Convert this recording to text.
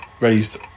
raised